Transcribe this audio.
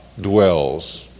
dwells